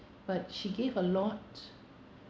but she gave a lot